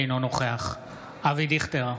אינו נוכח אבי דיכטר,